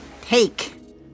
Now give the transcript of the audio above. Take